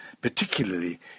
particularly